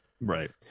Right